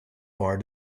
far